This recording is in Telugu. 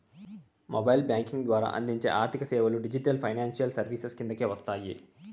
మొబైల్ బ్యాంకింగ్ ద్వారా అందించే ఆర్థిక సేవలు డిజిటల్ ఫైనాన్షియల్ సర్వీసెస్ కిందకే వస్తాయి